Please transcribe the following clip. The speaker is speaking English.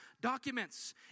documents